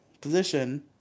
position